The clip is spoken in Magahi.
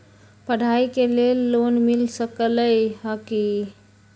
पढाई के लेल लोन मिल सकलई ह की?